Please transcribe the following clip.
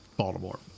Baltimore